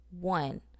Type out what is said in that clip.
One